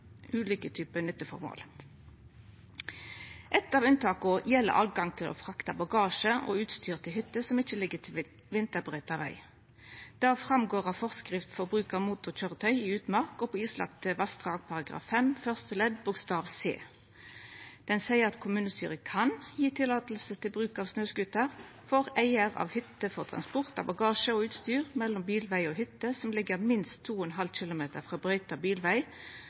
ulike typar nytteføremål. Eit av unntaka gjeld rett til å frakta bagasje og utstyr til hytter som ikkje ligg ved vinterbrøyta veg. Det går fram av forskrift for bruk av motorkøyretøy i utmark og på islagde vassdrag § 5 første ledd bokstav c. Der står det at kommunestyret kan gje tillating til bruk av snøscooter for «eier av hytte for transport av bagasje og utstyr mellom bilveg og hytte som ligger minst